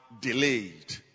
delayed